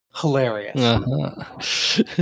Hilarious